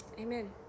amen